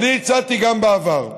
אני הצעתי גם בעבר,